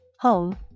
home